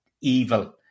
evil